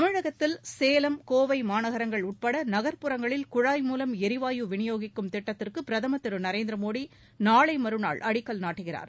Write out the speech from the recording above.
தமிழகத்தில் சேலம் கோவை மாநகரங்கள் உட்பட நகர்ப்புறங்களில் குழாய் மூலம் ளரிவாயு விநியோகிக்கும் திட்டத்திற்கு பிரதம்் திரு நரேந்திர மோடி நாளை மறுநாள் அடிக்கல் நாட்டுகிறார்